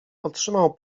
otrzymał